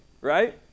right